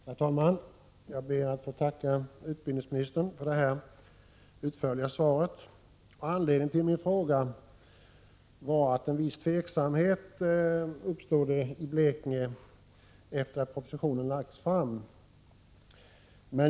Herr talman! Jag ber att få tacka utbildningsministern för det utförliga svaret. Anledningen till min fråga var att en viss tveksamhet uppstod i Blekinge efter det att propositionen lagts fram.